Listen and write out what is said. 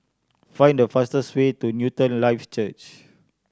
find the fastest way to Newton Life Church